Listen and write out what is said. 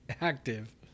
active